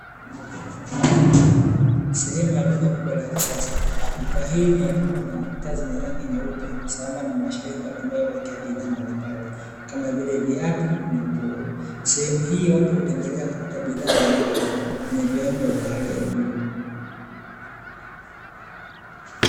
Sehemu ya duka kubwa la kisasa, duka hili limepambwa na taa zenye rangi nyeupe sambamba na mashelfu yaliyotumika kuwekea bidhaa hizo kama vile viatu na nguo, sehemu hii watu hutembelea kupata bidhaa zenye viwango vya hali ya juu.